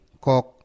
Kok